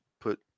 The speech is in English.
put